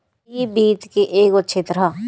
इ वित्त के एगो क्षेत्र ह